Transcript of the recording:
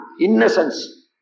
Innocence